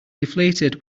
deflated